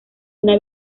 una